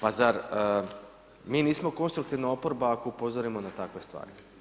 Pa zar mi nismo konstruktivna oporba ako upozorimo na takve stvari?